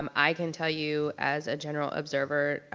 um i can tell you as a general observer,